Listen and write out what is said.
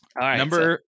Number